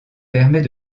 permet